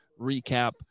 recap